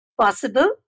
Possible